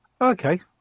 Okay